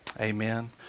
Amen